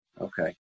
Okay